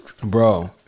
bro